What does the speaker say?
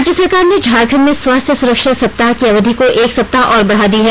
राज्य सरकार ने झारखंड में स्वास्थ्य सुरक्षा सप्ताह की अवधि को एक सप्ताह और बढ़ा दी है